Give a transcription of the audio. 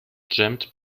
jammed